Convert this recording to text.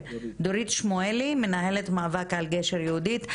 לדורית שמואלי מנהלת מאבק על גשר יהודית.